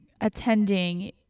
attending